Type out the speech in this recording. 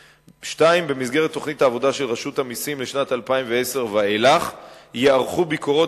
2. במסגרת תוכנית העבודה של רשות המסים לשנת 2010 ואילך ייערכו ביקורות